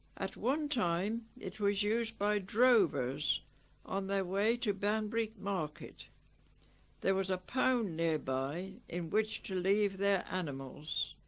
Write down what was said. at one time it was used by drovers on their way to banbury market there was a pound nearby in which to leave their animals